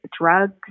drugs